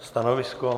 Stanovisko?